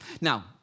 Now